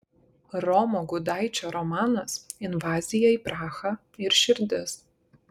romo gudaičio romanas invazija į prahą ir širdis